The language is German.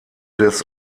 des